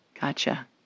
Gotcha